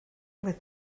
with